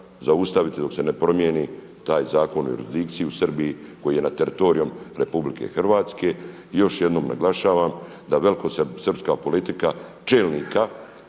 zaustaviti dok se ne promijeni taj zakon, jurisdikciju u Srbiji koji je nad teritorijom Republike Hrvatske. Još jedno naglašavam da velikosrpska politika čelnika